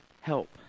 help